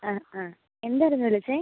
ആ ആ എന്തായിരുന്നു വിളിച്ചത്